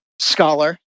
scholar